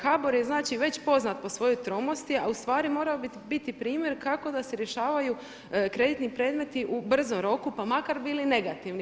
HBOR je znači već poznat po svojoj tromosti a u stvari morao bi biti primjer kako da se rješavaju kreditni predmeti u brzom roku pa makar bili negativni.